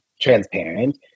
transparent